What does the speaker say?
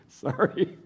Sorry